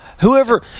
Whoever